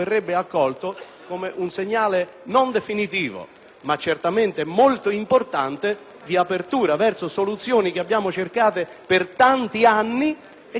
ma certamente molto importante verso soluzioni cercate per tanti anni e che potrebbero, senza essere qui pregiudicate, aprirsi